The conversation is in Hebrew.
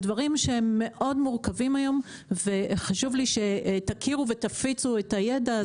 אלה דברים שהם מורכבים מאוד היום וחשוב לי שתכירו ותפיצו את הידע הזה.